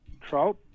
Trout